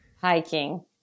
Hiking